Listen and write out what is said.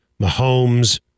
Mahomes